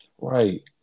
Right